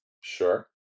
Sure